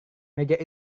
meja